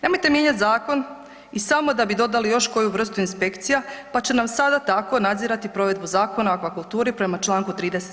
Nemojte mijenjati zakon i samo da bi dodali još koju vrstu inspekcija, pa će nam sada tako nadzirati provedbu Zakona o aquakulturi prema članku 30.